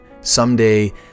someday